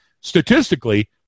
statistically